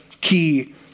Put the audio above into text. key